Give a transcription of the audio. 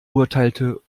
urteilte